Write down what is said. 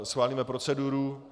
Schválíme proceduru.